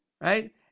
right